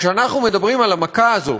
כשאנחנו מדברים על המכה הזאת,